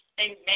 Amen